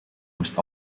moest